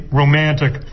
romantic